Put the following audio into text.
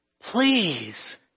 please